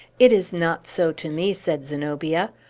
it is not so to me, said zenobia.